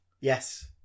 Yes